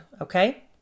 okay